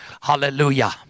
Hallelujah